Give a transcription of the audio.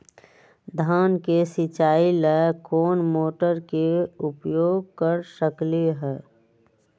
धान के सिचाई ला कोंन मोटर के उपयोग कर सकली ह?